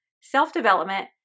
Self-development